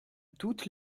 toutes